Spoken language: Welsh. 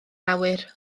awyr